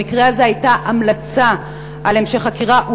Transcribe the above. במקרה הזה הייתה המלצה על המשך חקירה,